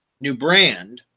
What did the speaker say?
new brand,